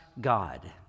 God